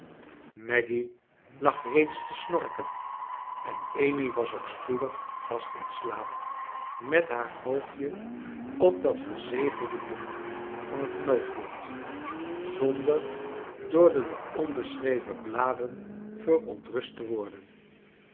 maggy lag reeds te snorken en amy was ook spoedig vast in slaap met haar hoofdje op dat verzegelde boek van het noodlot zonder door de nog onbeschreven bladen verontrust te worden